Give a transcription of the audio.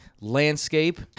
landscape